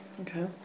Okay